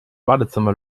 badezimmer